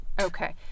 Okay